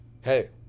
Hey